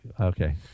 Okay